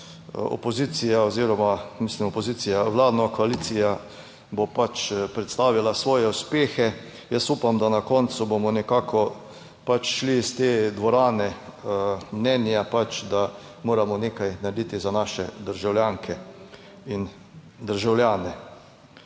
opozicija oziroma, mislim, opozicija vlado, koalicija bo pač predstavila svoje uspehe. Jaz upam, da na koncu bomo nekako pač šli iz te dvorane. Mnenja pač, da moramo nekaj narediti za naše 23.